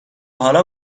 حالا